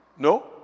No